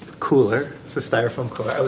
cooler. it's a styrofoam cooler. i was